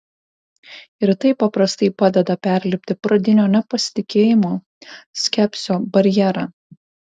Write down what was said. ir tai paprastai padeda perlipti pradinio nepasitikėjimo skepsio barjerą